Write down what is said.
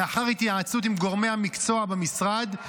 לאחר התייעצות עם גורמי המקצוע במשרד,